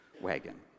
wagon